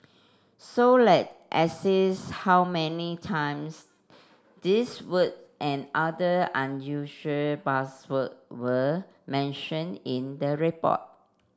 so let assess how many times these word and other unusual buzzword were mentioned in the report